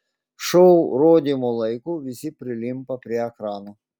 šou rodymo laiku visi prilimpa prie ekranų